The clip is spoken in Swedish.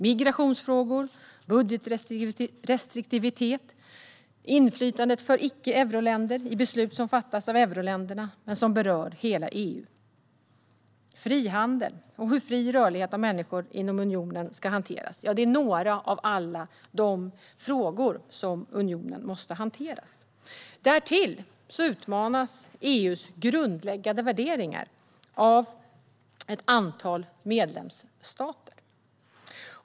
Migrationsfrågor, budgetrestriktivitet, inflytandet för icke-euroländer i beslut som fattas av euroländerna men berör hela EU, frihandel och hur fri rörlighet för människor inom unionen ska hanteras är några av alla frågor som unionen måste hantera. Därtill utmanas EU:s grundläggande värderingar av ett antal medlemsstater.